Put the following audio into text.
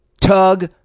Tug